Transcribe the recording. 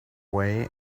way